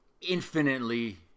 infinitely